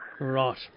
Right